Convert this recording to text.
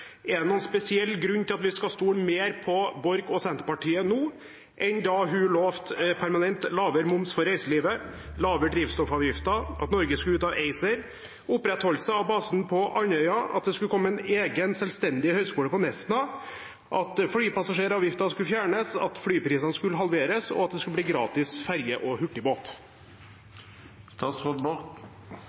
Er det noen spesiell grunn til at vi skal stole mer på Borch og Senterpartiet nå enn da hun lovte permanent lavere moms for reiselivet, lavere drivstoffavgifter, at Norge skulle ut av ACER, opprettholdelse av basen på Andøya, at det skulle komme en egen, selvstendig høyskole på Nesna, at flypassasjeravgiften skulle fjernes, at flyprisene skulle halveres, og at det skulle bli gratis ferje og